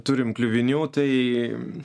turim kliuvinių tai